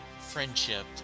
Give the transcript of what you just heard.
friendship